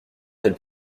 elles